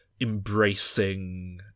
embracing